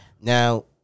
Now